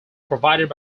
provided